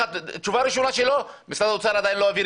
התשובה הראשונה שלו היא שמשרד האוצר עדיין לא העביר